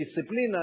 דיסציפלינה,